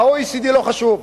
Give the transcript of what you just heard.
ה-OECD לא חשוב.